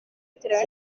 atera